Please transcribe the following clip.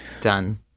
Done